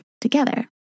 together